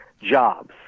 jobs